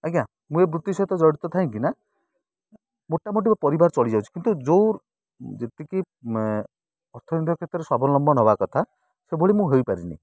ଆଜ୍ଞା ମୁଁ ଏ ବୃତ୍ତି ସହିତ ଜଡ଼ିତ ଥାଇକିନା ମୋଟା ମୋଟି ପରିବାର ଚଳିଯାଉଛି କିନ୍ତୁ ଯେଉଁ ଯେତିକି ଅର୍ଥନୀତିକ କ୍ଷେତ୍ରରେ ସ୍ୱାବଲମ୍ବ ନବା କଥା ସେଭଳି ମୁଁ ହେଇପାରିନି